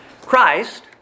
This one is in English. Christ